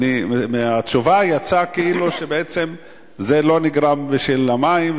מהתשובה יצא כאילו בעצם זה לא נגרם בשל המים.